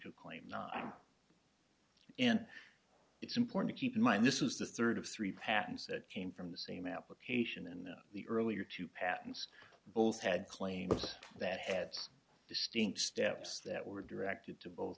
a claim not and it's important to keep in mind this is the third of three patents that came from the same application and the earlier two patents both had claims that had distinct steps that were directed to both